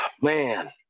Man